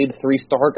three-star